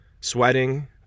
sweating